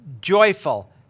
joyful